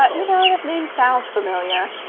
that you know name sounds familiar.